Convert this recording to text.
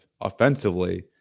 offensively